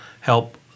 help